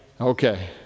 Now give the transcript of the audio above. Okay